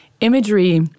imagery